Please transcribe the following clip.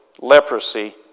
leprosy